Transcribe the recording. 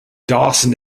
dawson